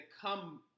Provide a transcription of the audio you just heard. come